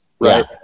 right